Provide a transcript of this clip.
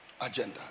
agenda